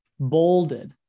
bolded